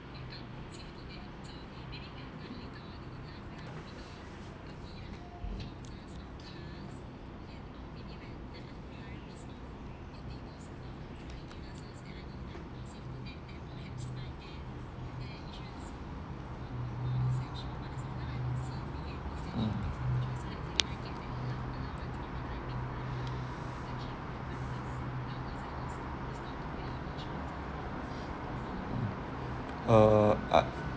mm uh I